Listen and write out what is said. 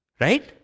right